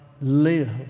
live